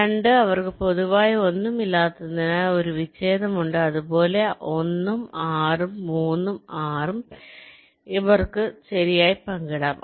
2 അവർക്ക് പൊതുവായി ഒന്നുമില്ലാത്തതിനാൽ ഒരു വിച്ഛേദമുണ്ട് അതുപോലെ 1 ഉം 6 ഉം 3 ഉം 6 ഉം അവർക്ക് ശരിയായി പങ്കിടാം